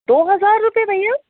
دو ہزار روپیے بھیا